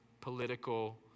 political